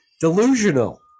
delusional